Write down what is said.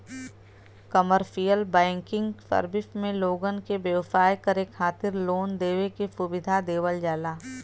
commercial banking service में लोगन के व्यवसाय करे खातिर लोन देवे के सुविधा देवल जाला